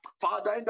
father